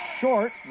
short